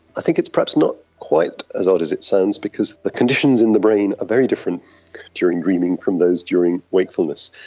i think it's perhaps not quite as odd as it sounds because of the conditions in the brain are very different during dreaming from those during wakefulness.